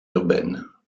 urbaines